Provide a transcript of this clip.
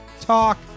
talk